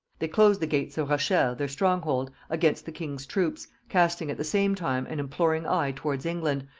they closed the gates of rochelle, their strong hold, against the king's troops, casting at the same time an imploring eye towards england,